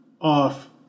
off